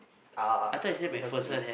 uh places to eat